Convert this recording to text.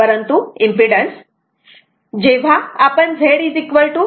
परंतु इम्पीडन्स जेव्हा आपण Z r jX असे लिहितो